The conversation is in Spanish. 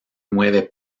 nueve